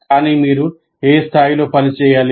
కానీ మీరు ఏ స్థాయిలో పనిచేయాలి